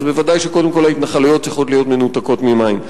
אז ודאי שקודם כול ההתנחלויות צריכות להיות מנותקות ממים.